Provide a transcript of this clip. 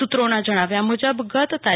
સુત્રોના જણાવ્યા મુજબ ગત તા